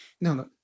No